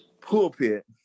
pulpit